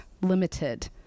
limited